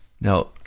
now